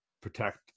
protect